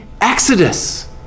exodus